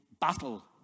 battle